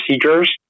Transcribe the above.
procedures